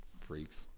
Freaks